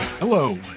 Hello